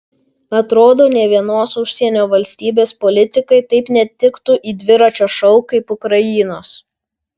atrodo nė vienos užsienio valstybės politikai taip netiktų į dviračio šou kaip ukrainos